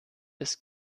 ist